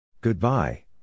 Goodbye